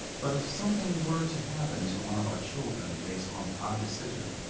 but if something were to happen to one of our children based on our decision,